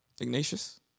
Ignatius